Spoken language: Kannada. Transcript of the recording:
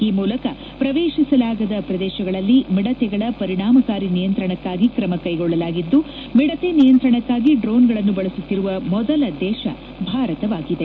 ಈ ಮೂಲಕ ಪ್ರವೇಶಿಸಲಾಗದ ಪ್ರದೇಶಗಳಲ್ಲಿ ಮಿಡತೆಗಳ ಪರಿಣಾಮಕಾರಿ ನಿಯಂತ್ರಣಕ್ಕಾಗಿ ಕ್ರಮ ಕೈಗೊಳ್ಳಲಾಗಿದ್ದು ಮಿಡತೆ ನಿಯಂತ್ರಣಕ್ಕಾಗಿ ಡ್ರೋನ್ಗಳನ್ನು ಬಳಸುತ್ತಿರುವ ಮೊದಲ ದೇಶ ಭಾರತವಾಗಿದೆ